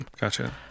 Gotcha